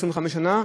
25 שנה,